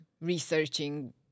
researching